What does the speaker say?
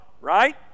right